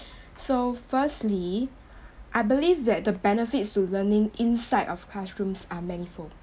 so firstly I believe that the benefits to learning inside of classrooms are manifold